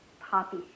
poppy